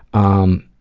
um.